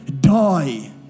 die